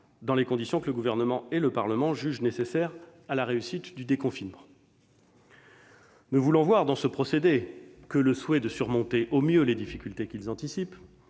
dans les conditions que le Gouvernement et le Parlement jugent nécessaires à la réussite du déconfinement. Ne voulant voir dans ce procédé que le souhait de surmonter au mieux les difficultés qu'ils anticipent,